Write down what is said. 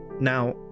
Now